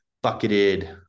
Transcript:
bucketed